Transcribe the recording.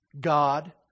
God